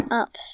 up